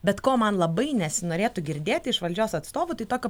bet ko man labai nesinorėtų girdėti iš valdžios atstovų tai tokio